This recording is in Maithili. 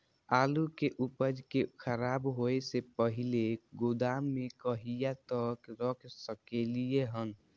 आलु के उपज के खराब होय से पहिले गोदाम में कहिया तक रख सकलिये हन?